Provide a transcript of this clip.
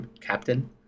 captain